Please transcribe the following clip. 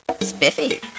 Spiffy